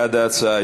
בעד ההצעה,